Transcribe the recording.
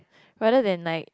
rather than like